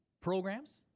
Programs